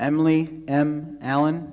emily m alan